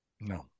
No